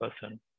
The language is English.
person